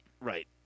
Right